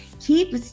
Keep